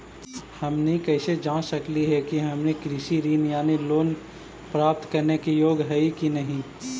हमनी कैसे जांच सकली हे कि हमनी कृषि ऋण यानी लोन प्राप्त करने के योग्य हई कि नहीं?